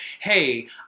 Hey